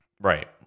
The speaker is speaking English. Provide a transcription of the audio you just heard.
Right